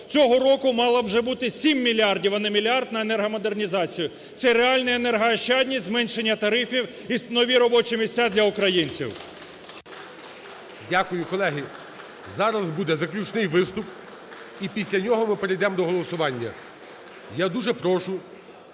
цього року мало вже бути 7 мільярдів, а не мільярд на енергомодернізацію, це реальна енергоощадність, зменшення тарифів і нові робочі місця для українців. ГОЛОВУЮЧИЙ. Дякую. Колеги, зараз буде заключний виступ і після нього ми перейдемо до голосування. Я дуже прошу